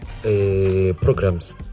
programs